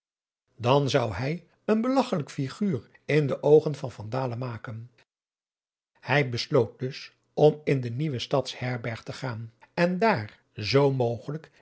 dan zou hij een belagchelijk siguur in de oogen van van dalen maken hij besloot dus om in de nieuwe stads herberg te gaan en daar zoo mogelijk